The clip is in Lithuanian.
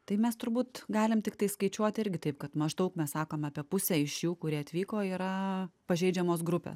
tai mes turbūt galim tiktai skaičiuot irgi taip kad maždaug mes sakom apie pusę iš jų kurie atvyko yra pažeidžiamos grupės